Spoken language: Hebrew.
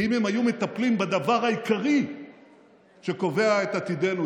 כי אם הם היו מטפלים בדבר העיקרי שקובע את עתידנו,